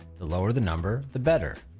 the lower the number the better.